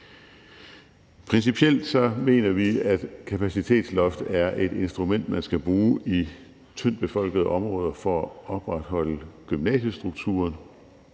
Principielt mener vi, at kapacitetsloft er et instrument, man skal bruge i tyndt befolkede områder for at opretholde gymnasiestrukturen,